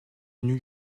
new